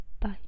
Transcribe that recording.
Bye